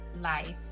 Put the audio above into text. life